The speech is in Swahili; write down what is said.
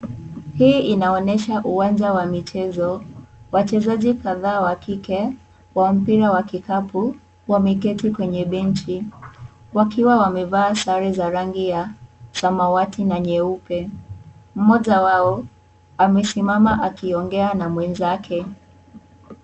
Hii inaonyesha uwanja wa michezo. Wachezaji kadhaa wa kike wa mpira wa kikapu wameketi kwenye benchi wakiwa wamevaa sare za rangi ya samawati na nyeupe. Mmoja wao amesimama akiongea na wenzake.